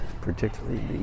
particularly